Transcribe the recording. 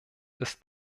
ist